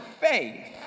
faith